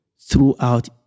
throughout